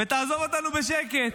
ותעזוב אותנו בשקט.